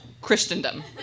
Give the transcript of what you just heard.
Christendom